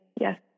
Yes